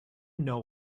know